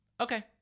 Okay